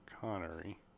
Connery